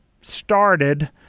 started